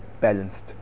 balanced